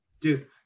Dude